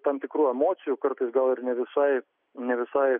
tam tikrų emocijų kartais gal ir ne visai ne visai